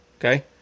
Okay